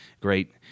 great